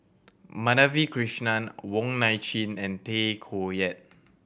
Madhavi Krishnan Wong Nai Chin and Tay Koh Yat